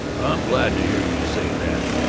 i'm glad to hear you say that!